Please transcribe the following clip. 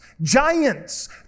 giants